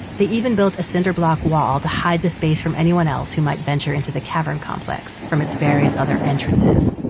they even built a cinderblock wall to hide the space from anyone else who might venture into the cavern complex from it's various other entrances.